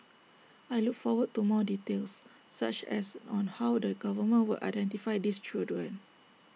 I look forward to more details such as on how the government will identify these children